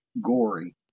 gory